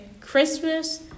Christmas